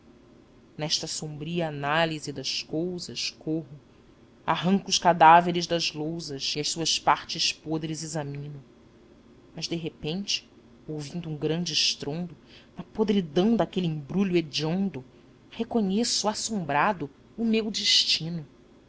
nesta sombria análise das cousas corro arranco os cadáveres das lousas e as suas partes podres examino mas de repente ouvindo um grande estrondo na podridão daquele embrulho hediondo reconheço assombrado o meu destino